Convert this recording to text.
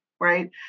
right